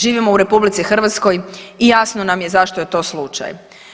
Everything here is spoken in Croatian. Živimo u RH i jasno nam je zašto je to slučaj.